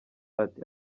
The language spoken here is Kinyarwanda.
ati